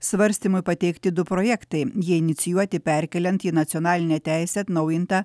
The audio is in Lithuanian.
svarstymui pateikti du projektai jie inicijuoti perkeliant į nacionalinę teisę atnaujintą